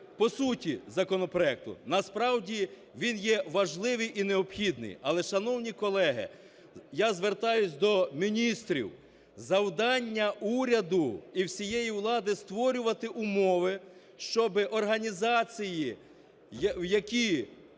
По суті законопроекту. Насправді від є важливий і необхідний. Але, шановні колеги, я звертаюся до міністрів: завдання уряду і всієї влади - створювати умови, щоб організації, які